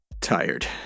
tired